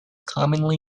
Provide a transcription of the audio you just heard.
commonly